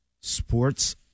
sports